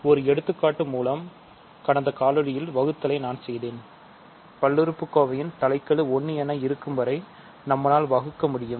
ஒரு எடுத்துக்காட்டு மூலம் கடந்த காணொளியில் 1 என இருக்கும் வரை நம்மால் வகுக்க முடியும்